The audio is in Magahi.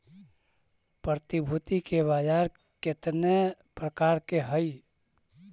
प्रतिभूति के बाजार केतने प्रकार के हइ?